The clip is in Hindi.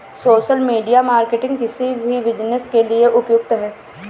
सोशल मीडिया मार्केटिंग किसी भी बिज़नेस के लिए उपयुक्त है